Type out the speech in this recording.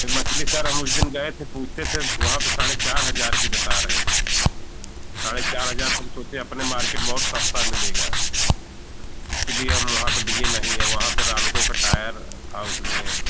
मछली शहर हम उस दिन गए थे पूछे थे तो वहाँ पर साढ़े चार हज़ार की बता रहे थे साढ़े चार हज़ार तो हम सोचे अपने मार्केट में और सस्ता मिलेगा इसके लिए हम वहाँ पर लिए नहीं और वहाँ पर रालको का टायर था उसमें